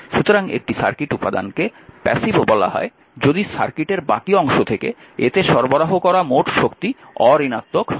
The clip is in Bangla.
সুতরাং একটি সার্কিট উপাদানকে প্যাসিভ বলা হয় যদি সার্কিটের বাকি অংশ থেকে এতে সরবরাহ করা মোট শক্তি অঋণাত্মক হয়